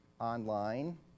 online